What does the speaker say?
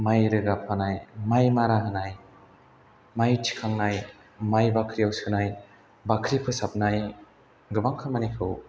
माइ रोगाफानाय माइ मारा होनाय माइ थिखांनाय माइ बाख्रियाव सोनाय बाख्रि फोसाबनाय गोबां खामानिखौ